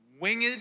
winged